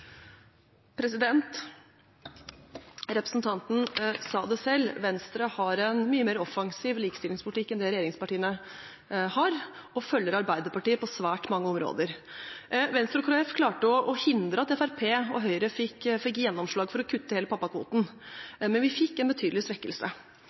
Representanten sa det selv, Venstre har en mye mer offensiv likestillingspolitikk enn det regjeringspartiene har, og følger Arbeiderpartiet på svært mange områder. Venstre og Kristelig Folkeparti klarte å hindre at Fremskrittspartiet og Høyre fikk gjennomslag for å kutte hele pappakvoten, men vi fikk en betydelig svekkelse.